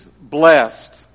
Blessed